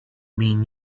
mean